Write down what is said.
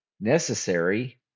necessary